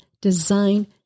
Design